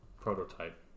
prototype